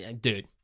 dude